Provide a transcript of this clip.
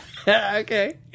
Okay